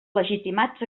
legitimats